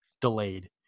delayed